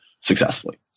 successfully